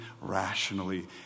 rationally